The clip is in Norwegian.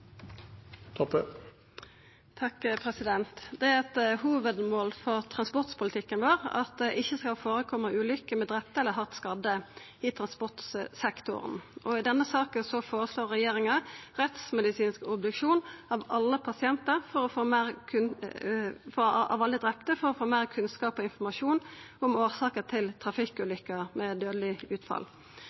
3 minutter. Det er eit hovudmål for transportpolitikken vår at det ikkje skal førekome ulykker med drepne og hardt skadde i transportsektoren. I denne saka føreslår regjeringa rettsmedisinsk obduksjon av alle drepne for å få meir kunnskap og informasjon om årsaka til trafikkulykker med dødeleg utfall.